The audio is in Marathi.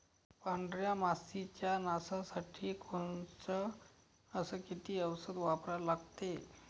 पांढऱ्या माशी च्या नाशा साठी कोनचं अस किती औषध वापरा लागते?